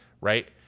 Right